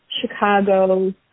Chicago